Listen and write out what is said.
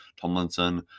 Tomlinson